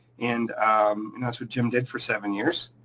and um and that's what jim did for seven years.